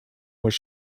was